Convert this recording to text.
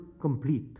complete